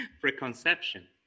preconception